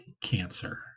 cancer